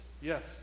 Yes